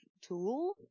tool